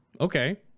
Okay